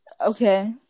Okay